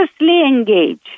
engage